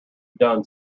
done